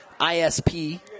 ISP